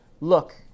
look